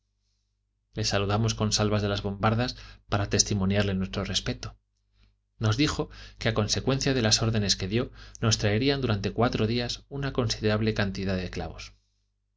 lib mos con salvas de las bombardas para testimoniarle nuestro respeto nos dijo que a consecuencia de las órdenes que dio nos traerían durante cuatro días una considerable cantidad de clavos